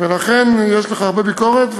ולכן יש לך הרבה ביקורת,